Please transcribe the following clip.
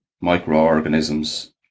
microorganisms